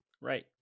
right